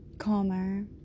calmer